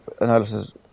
analysis